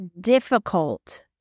difficult